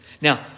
Now